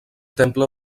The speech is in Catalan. temple